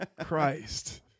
Christ